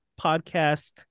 podcast